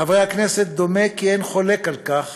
חברי הכנסת, דומה כי אין חולק על כך